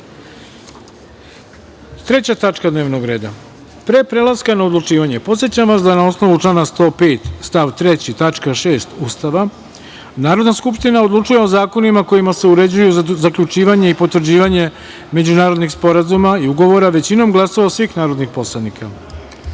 tačka dnevnog reda. Pre prelaska na odlučivanje, podsećam vas da na osnovu člana 105. stav 3. tačka 6. Ustava Narodna skupština odlučuje o zakonima kojima se uređuje zaključivanje i potvrđivanje međunarodnih sporazuma i ugovora većinom glasova svih narodnih poslanika. Stavljam